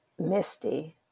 Misty